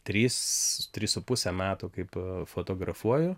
trys trys su puse metų kaip fotografuoju